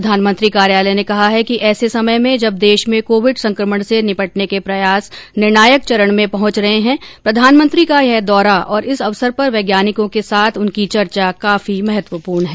प्रधानमंत्री कार्यालय ने कहा है कि ऐसे समय में जब देश में कोविड संक्रमण से निपटने के प्रयास निर्णायक चरण में पहुंच रहे है प्रधानमंत्री का यह दौरा और इस अवसर पर वैज्ञानिकों के साथ उनकी चर्चा काफी महत्वपूर्ण है